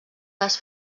les